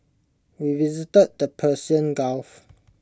we visited the Persian gulf